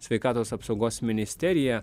sveikatos apsaugos ministerija